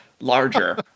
larger